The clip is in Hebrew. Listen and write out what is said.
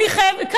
למה חודש?